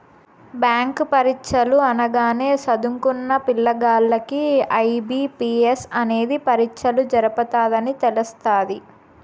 bank పరీచ్చలు అనగానే సదుంకున్న పిల్లగాల్లకి ఐ.బి.పి.ఎస్ అనేది పరీచ్చలు జరపతదని తెలస్తాది